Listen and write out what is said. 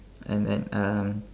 and and um